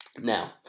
Now